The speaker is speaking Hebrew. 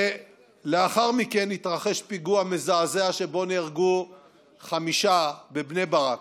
ולאחר מכן התרחש פיגוע מזעזע שבו נהרגו חמישה בבני ברק: